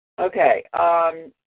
Okay